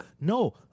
No